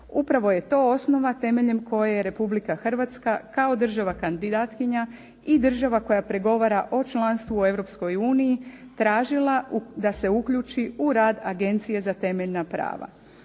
Upravo je to osnova temeljem koje je Republike Hrvatska kao država kandidatkinja i država koja pregovora o članstvu u Europskoj uniji tražila da se uključi u rad Agencije za temeljna prava.